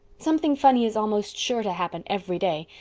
something funny is almost sure to happen every day,